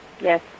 Yes